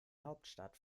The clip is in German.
hauptstadt